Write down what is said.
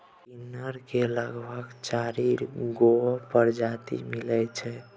कनेर केर लगभग चारि गो परजाती मिलै छै